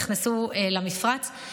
נכנסו למפרץ,